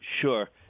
Sure